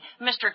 Mr